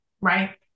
right